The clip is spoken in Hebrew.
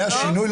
היה שינוי?